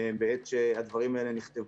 בעת שהדברים האלה נכתבו.